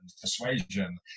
persuasion